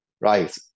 Right